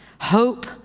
Hope